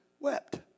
wept